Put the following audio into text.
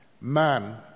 man